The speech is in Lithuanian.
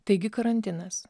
taigi karantinas